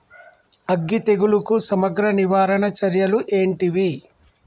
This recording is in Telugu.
అగ్గి తెగులుకు సమగ్ర నివారణ చర్యలు ఏంటివి?